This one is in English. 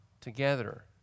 together